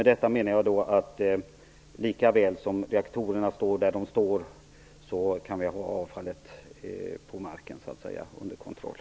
Med detta menar jag att eftersom reaktorerna står där de står kan man ha avfallet så att säga på marken under kontroll.